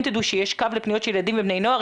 תדעו שיש קו לפניות של ילדים ובני נוער.